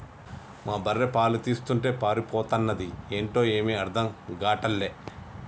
మా బర్రె పాలు తీస్తుంటే పారిపోతన్నాది ఏంటో ఏమీ అర్థం గాటల్లే